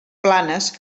planes